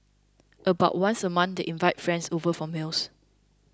about once a month they invite friends over for meals